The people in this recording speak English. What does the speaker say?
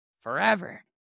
forever